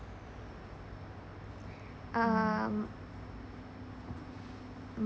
um